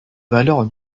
valeurs